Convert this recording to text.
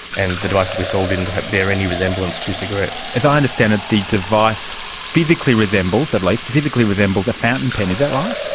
and the device that we sold didn't bear bear any resemblance to cigarettes. as i understand it the device physically resembles at least, physically resembles a fountain pen. is that right?